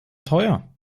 teuer